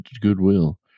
Goodwill